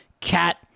Cat